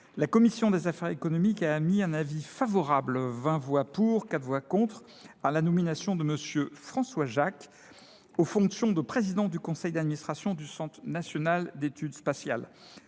la Commission des affaires économiques a mis un avis favorable, 20 voix pour, 4 voix contre, à l'anomination de M. François Jacques aux fonctions de président du Conseil d'administration du Centre national d'études spatiales.